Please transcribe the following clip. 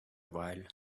while